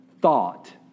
thought